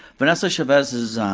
vanessa chavez is,